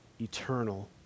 eternal